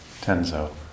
Tenzo